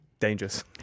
Dangerous